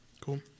Cool